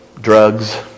drugs